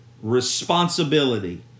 responsibility